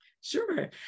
Sure